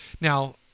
Now